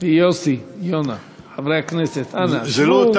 ויוסי יונה, חברי הכנסת, אנא, שבו.